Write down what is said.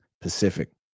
Pacific